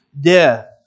death